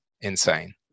insane